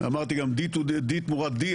אמרתי גם D תמורת D,